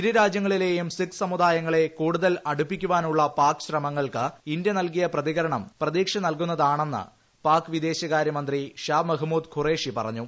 ഇരു രാജ്യങ്ങളിലെയും സിഖ്സമുദായങ്ങളെ കൂടുതൽ അടുപ്പിക്കാനുള്ള പാക് ശ്രമങ്ങൾക്ക് ഇന്ത്യ നൽകിയ പ്രതികരണം പ്രതീക്ഷ നൽകുന്നതാണെന്ന് പാക് വിദേശകാര്യമന്ത്രി ഷാ മെഹ്മൂദ് ഖുറേഷി പറഞ്ഞു